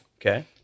Okay